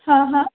हँ हँ